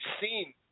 seen